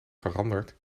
veranderd